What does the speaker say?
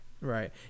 right